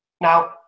Now